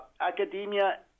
academia